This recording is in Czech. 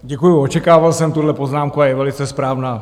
Děkuju, očekával jsem tuhle poznámku a je velice správná.